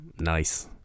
Nice